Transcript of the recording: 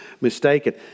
mistaken